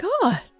god